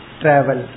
travel